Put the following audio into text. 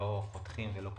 לא חותכים ולא קוטעים,